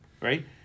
Right